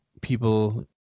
people